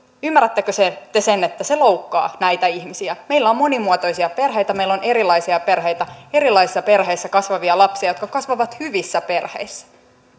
ymmärrättekö te sen että se loukkaa näitä ihmisiä meillä on monimuotoisia perheitä meillä on erilaisia perheitä erilaisissa perheissä kasvavia lapsia jotka kasvavat hyvissä perheissä